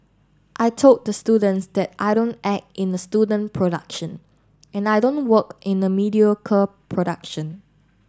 I told the students that I don't act in a student production and I don't work in a mediocre production